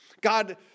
God